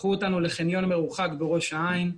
לקחו אותנו לחניון מרוחק בראש העין,